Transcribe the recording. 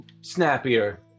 snappier